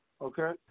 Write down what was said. Okay